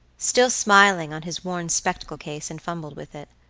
still smiling on his worn spectacle case and fumbled with it.